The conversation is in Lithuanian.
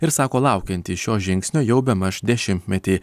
ir sako laukianti šio žingsnio jau bemaž dešimtmetį